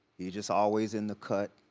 he just always in the cut,